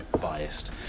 biased